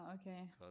okay